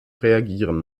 reagieren